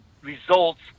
results